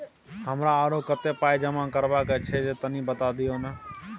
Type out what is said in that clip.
हमरा आरो कत्ते पाई जमा करबा के छै से तनी बता दिय न?